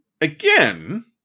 again